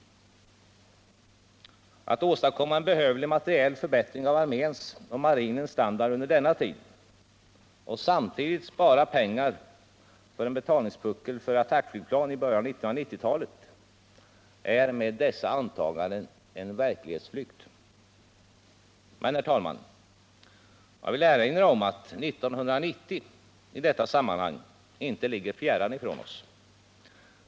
Att tro att man kan åstadkomma en behövlig materiell förbättring av arméns och marinens standard under denna tid och samtidigt spara pengar för en betalningspuckel för attackflygplan i början på 1990-talet är med dessa antaganden en verklighetsflykt. Men, herr talman, jag vill erinra om att 1990 i detta sammanhang inte ligger fjärran från oss.